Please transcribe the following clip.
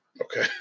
Okay